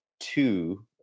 Two